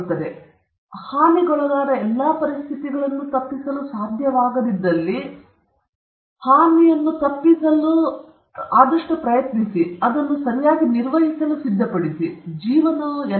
ಮೊದಲನೆಯದಾಗಿ ಹಾನಿಗೊಳಗಾದ ಎಲ್ಲ ಪರಿಸ್ಥಿತಿಗಳನ್ನು ತಪ್ಪಿಸಲು ಸಾಧ್ಯವಾದಲ್ಲಿ ಮತ್ತು ಹಾನಿ ತಪ್ಪಿಸಲು ಸಾಧ್ಯವಿಲ್ಲದಿರುವುದನ್ನು ತಪ್ಪಿಸಲು ಪ್ರಯತ್ನಿಸಿ ನಾನು ಮೊದಲೇ ಹೇಳಿದಂತೆ ಅದನ್ನು ಸರಿಯಾಗಿ ನಿರ್ವಹಿಸಲು ಸಿದ್ಧಪಡಿಸಬೇಕು